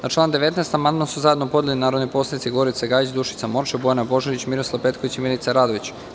Na član 19. amandman su zajedno podneli narodni poslanici Gorica Gajić, Dušica Morčev, Bojana Božanić, Miroslav Petković i Milica Radović.